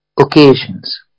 occasions